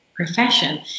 profession